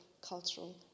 cultural